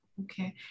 Okay